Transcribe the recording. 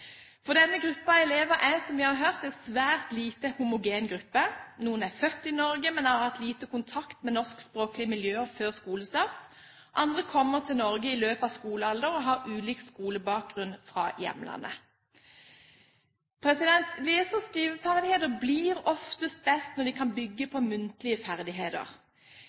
For denne gruppen elever er, som vi har hørt, en svært lite homogen gruppe. Noen er født i Norge, men har hatt lite kontakt med norskspråklige miljøer før skolestart. Andre kommer til Norge i løpet av skolealder og har ulik skolebakgrunn fra hjemlandet. Lese- og skriveferdigheter blir oftest best når de kan bygge på muntlige ferdigheter.